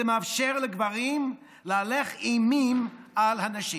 זה מאפשר לגברים להלך אימים על הנשים,